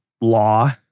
law